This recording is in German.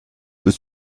ist